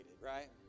right